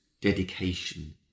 dedication